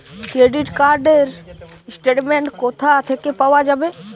Credit card র statement কোথা থেকে পাওয়া যাবে?